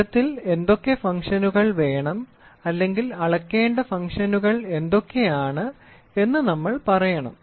സിസ്റ്റത്തിൽ എന്തൊക്കെ ഫംഗ്ഷനുകൾ വേണം അത് അളക്കേണ്ട ഫംഗ്ഷനുകൾ എന്തൊക്കെയാണെന്ന് നമ്മൾ പറയണം